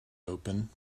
open